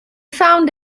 found